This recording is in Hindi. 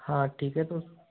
हाँ ठीक है तो